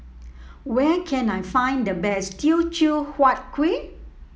where can I find the best Teochew Huat Kueh